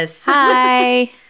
Hi